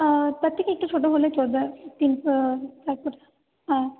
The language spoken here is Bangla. তার থেকে একটু ছোটো হলে চলবে তিন চার ফুট হ্যাঁ